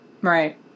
Right